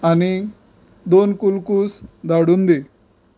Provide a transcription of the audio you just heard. आनी दोन कुळकूस धाडून दी